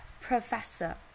Professor